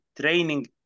training